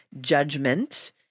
judgment